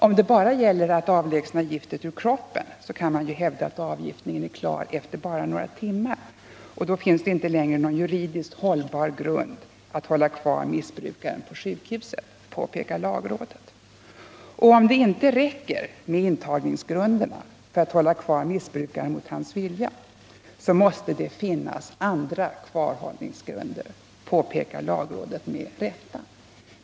Om det bara gäller att avlägsna giftet ur kroppen, kan man ju hävda att avgiftningen är klar efter bara några timmar. Då finns det inte längre någon juridiskt hållbar grund för att hålla kvar missbrukaren på sjukhuset, påpekar lagrådet. Om det inte räcker med intagningsgrunderna för att hålla kvar missbrukaren mot hans vilja, måste det finnas andra kvarhållningsregler, påpekar lagrådet med rätta.